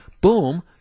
Boom